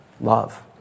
love